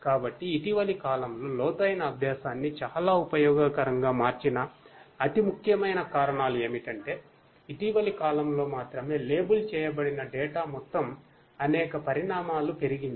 కాబట్టి ఇటీవలి కాలంలో లోతైన అభ్యాసాన్ని చాలా ఉపయోగకరంగా మార్చిన అతి ముఖ్యమైన కారణాలు ఏమిటంటే ఇటీవలి కాలంలో మాత్రమే లేబుల్ మొత్తం అనేక పరిణామాలు పెరిగింది